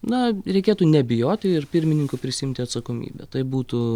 na reikėtų nebijoti ir pirmininkui prisiimti atsakomybę tai būtų